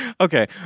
okay